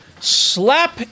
slap